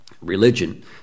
Religion